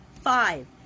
five